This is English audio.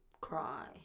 Cry